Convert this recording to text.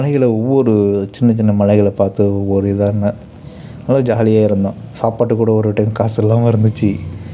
மலைகளை ஒவ்வொரு சின்னச்சின்ன மலைகளை பார்த்து ஒவ்வொரு இதான நல்லா ஜாலியாக இருந்தோம் சாப்பாட்டுக்குக்கூட ஒரு டைம் காசு இல்லாமல் இருந்துச்சு